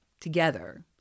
together